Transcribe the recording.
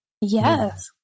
Yes